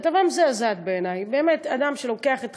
כתבה מזעזעת בעיני, אדם שלוקח את